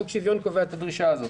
חוק השוויון קובע את הדרישה הזאת.